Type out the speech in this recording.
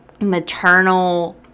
maternal